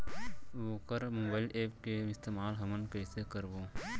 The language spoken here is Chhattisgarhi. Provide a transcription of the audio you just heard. वोकर मोबाईल एप के इस्तेमाल हमन कइसे करबो?